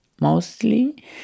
mostly